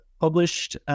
published